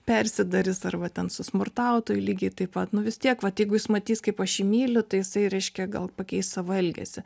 persidaris arba ten su smurtautoju lygiai taip pat nu vis tiek vat jeigu jis matys kaip aš jį myliu tai jisai reiškia gal pakeis savo elgesį